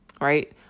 right